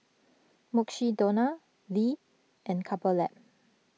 Mukshidonna Lee and Couple Lab